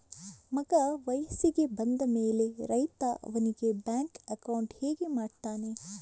ಮಗ ವಯಸ್ಸಿಗೆ ಬಂದ ಮೇಲೆ ರೈತ ಅವನಿಗೆ ಬ್ಯಾಂಕ್ ಅಕೌಂಟ್ ಹೇಗೆ ಮಾಡ್ತಾನೆ?